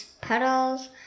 puddles